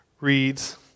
reads